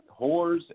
whores